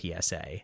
PSA